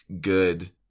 good